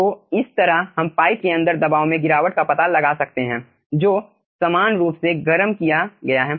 तो इस तरह हम पाइप के अंदर दबाव में गिरावट का पता लगा सकते हैं जो समान रूप से गरम किया गया है